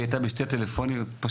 והיא הייתה במקביל בין שנתי טלפונים ועוד